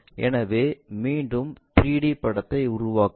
எனவே மீண்டும் 3 D படத்தை உருவாக்கவும்